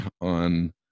on